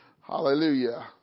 Hallelujah